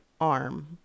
arm